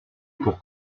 pour